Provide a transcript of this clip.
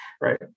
right